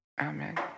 Amen